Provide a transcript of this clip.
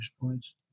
points